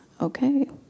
okay